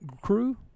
crew